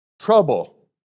trouble